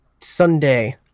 Sunday